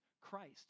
Christ